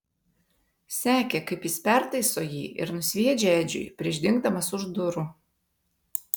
sekė kaip jis pertaiso jį ir nusviedžia edžiui prieš dingdamas už durų